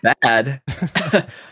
bad